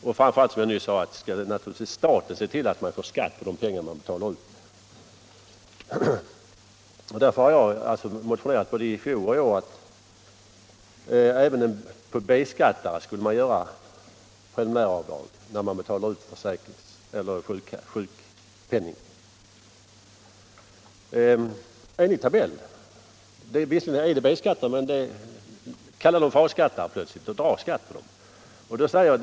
Och framför allt skall naturligtvis staten, som jag nyss sade, se till att man får skatt på de pengar man betalar ut. Mot den bakgrunden har jag både i fjol och i år motionerat om att man även för B-skattare skulle göra preliminäravdrag enligt tabell när man betalar ut sjukpenningen. Visserligen är de B-skattare, men kalla dem för A-skattare och dra skatt.